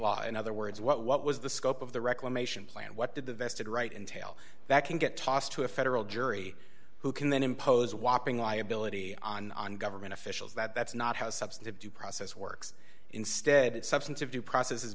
law in other words what what was the scope of the reclamation plant what did the vested right entails that can get tossed to a federal jury who can then impose a whopping liability on on government officials that that's not how substantive due process works instead substantive due process is